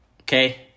Okay